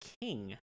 king